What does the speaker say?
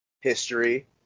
history